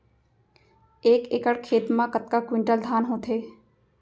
एक एकड़ खेत मा कतका क्विंटल धान होथे?